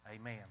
Amen